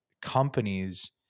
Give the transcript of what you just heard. companies